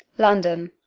london.